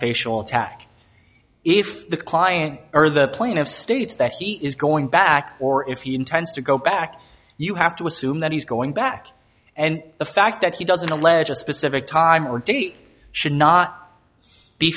facial attack if the client or the plane of states that he is going back or if he intends to go back you have to assume that he's going back and the fact that he doesn't alleges specific time or date should not be